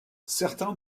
certains